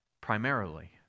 primarily